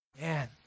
Man